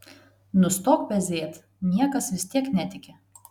nustok pezėt niekas vis tiek netiki